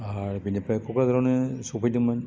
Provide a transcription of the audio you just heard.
आरो बिनिफ्राय क'क्राझारावनो सफैदोंमोन